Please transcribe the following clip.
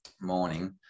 morning